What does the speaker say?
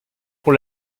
pour